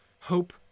hope